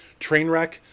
Trainwreck